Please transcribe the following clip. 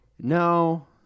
No